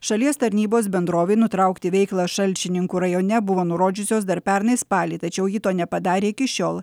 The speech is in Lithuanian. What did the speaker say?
šalies tarnybos bendrovei nutraukti veiklą šalčininkų rajone buvo nurodžiusios dar pernai spalį tačiau ji to nepadarė iki šiol